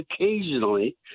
occasionally